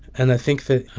and i think that,